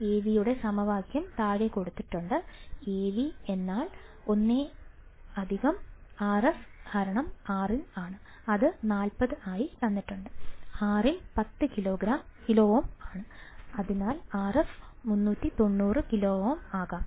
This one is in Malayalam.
Av യുടെ സമവാക്യം താഴെ കൊടുത്തിട്ടുണ്ട് Rin 10 kiloohm ആണ് അതിനാൽ Rf 390 kiloohm ആകാം